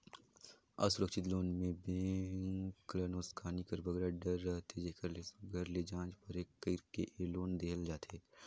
असुरक्छित लोन में बेंक ल नोसकानी कर बगरा डर रहथे जेकर ले सुग्घर ले जाँच परेख कइर के ए लोन देहल जाथे